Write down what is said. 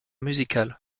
musical